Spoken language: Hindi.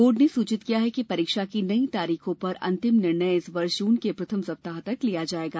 बोर्ड ने सूचित किया है कि परीक्षा की नई तारीखों पर अंतिम निर्णय इस वर्ष जून के प्रथम सप्ताह तक लिया जाएगा